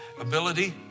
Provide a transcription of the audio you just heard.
ability